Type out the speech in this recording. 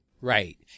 right